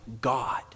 God